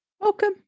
Welcome